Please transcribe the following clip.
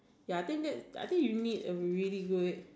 ya I think that I think you need a really good